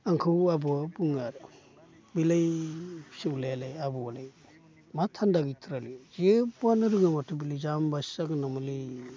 आंखौ आबौआ बुङो आरो बेलाय फिसौज्लायालाय आबौआलाय मा धान्दा गैथारालै जेबोआनो रोङामाथो बेलाय जाम्बासो जागोन नामालै